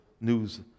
news